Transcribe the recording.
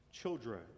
children